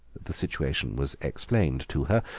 the situation was explained to her,